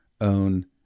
own